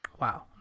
Wow